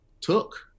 took